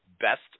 best